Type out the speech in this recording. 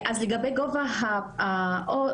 לגבי גובה הפרס,